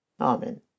Amen